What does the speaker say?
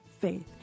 faith